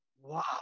Wow